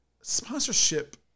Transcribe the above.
sponsorship